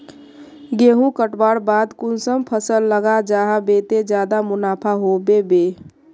गेंहू कटवार बाद कुंसम फसल लगा जाहा बे ते ज्यादा मुनाफा होबे बे?